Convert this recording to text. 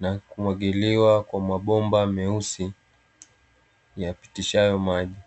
Na kumwagiliwa kwa mabomba mieusi yapitishayo maji.